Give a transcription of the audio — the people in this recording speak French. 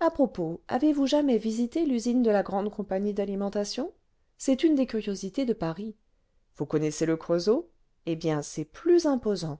à propos avezvous jamais visité l'usine de la grandie compagnie d'alimentation c'est une des curiosités de paris vous connaissez le creusot eh bien c'est plus imposant